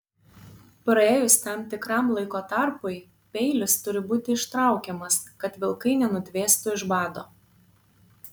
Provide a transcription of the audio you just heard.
praėjus tam tikram laiko tarpui peilis turi būti ištraukiamas kad vilkai nenudvėstų iš bado